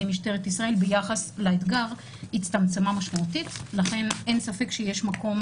משטרת ישראל ביחס לאתגר הצטמצמה משמעותית לכן אין ספק שיש מקום